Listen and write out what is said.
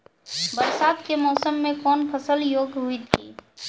बरसात के मौसम मे कौन फसल योग्य हुई थी?